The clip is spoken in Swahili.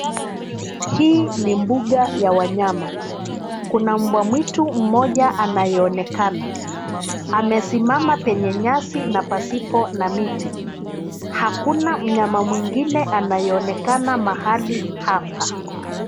Hii ni mbuga ya wanyama. Kuna mbwamwitu mmoja anayeonekana .Amesimama penye nyasi na pasipo na miti. Hakuna mnyama mwingine anayeonekana hapa.